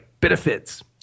benefits